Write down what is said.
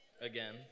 Again